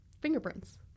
fingerprints